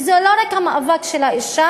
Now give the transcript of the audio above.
וזה לא רק המאבק של האישה,